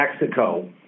Mexico